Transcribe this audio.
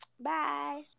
Bye